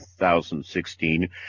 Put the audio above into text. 2016